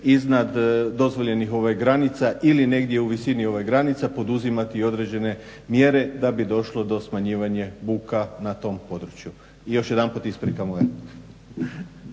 iznad dozvoljenih granica ili negdje u visini granica poduzimati i određene mjere da bi došlo do smanjivanja buke na tom području. Još jedanput isprika moja.